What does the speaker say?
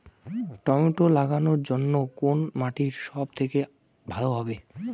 Tomato লাগানোর জন্যে কোন মাটি সব থেকে ভালো হবে?